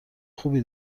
خوبی